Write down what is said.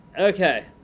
Okay